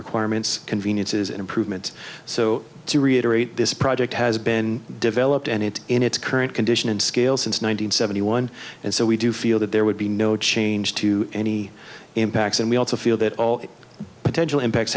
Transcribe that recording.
requirements conveniences and improvements so to reiterate this project has been developed and it's in its current condition in scale since nine hundred seventy one and so we do feel that there would be no change to any impacts and we also feel that all potential impacts